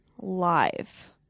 live